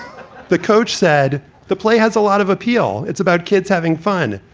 the coach said the play has a lot of appeal. it's about kids having fun.